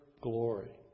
glory